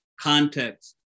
context